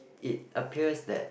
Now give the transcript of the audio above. it appears that